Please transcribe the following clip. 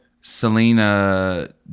selena